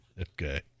Okay